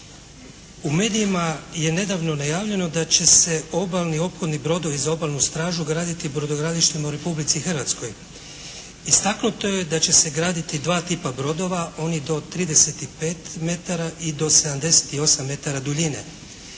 U medijima je nedavno najavljeno da će se obalni ophodni brodovi za obalnu stražu graditi u brodogradilištima u Republici Hrvatskoj. Istaknuto je da će se graditi dva tipa brodova, oni do trideset i pet metara i